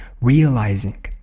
realizing